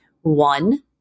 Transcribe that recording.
One